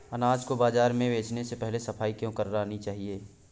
अनाज को बाजार में बेचने से पहले सफाई क्यो करानी चाहिए?